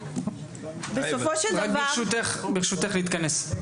בסופו של דבר --- ברשותך, נא להתכנס.